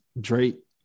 Drake